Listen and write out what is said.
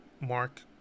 mark